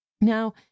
Now